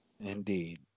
Indeed